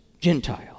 Gentile